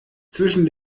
zwischen